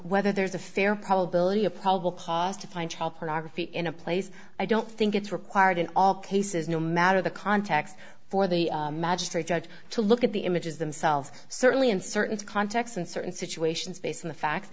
whether there's a fair probability of probable cause to find child pornography in a place i don't think it's required in all cases no matter the context for the magistrate judge to look at the images themselves certainly in certain contexts and certain situations based on the fact